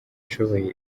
nshoboye